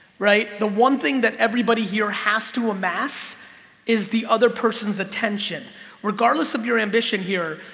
right? the one thing that everybody here has to amass is the other person's attention regardless of your ambition here,